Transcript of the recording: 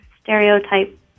stereotype